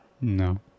no